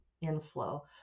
inflow